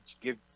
give